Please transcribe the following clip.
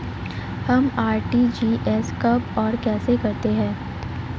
हम आर.टी.जी.एस कब और कैसे करते हैं?